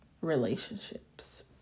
relationships